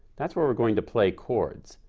that's where we're going to play chords.